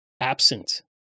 absent